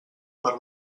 per